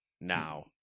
now